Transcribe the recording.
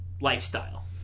lifestyle